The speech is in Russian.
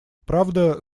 правда